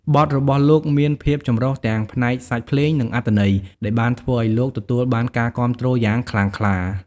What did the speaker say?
បទរបស់លោកមានភាពចម្រុះទាំងផ្នែកសាច់ភ្លេងនិងអត្ថន័យដែលបានធ្វើឱ្យលោកទទួលបានការគាំទ្រយ៉ាងខ្លាំងក្លា។